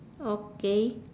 okay